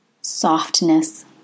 Softness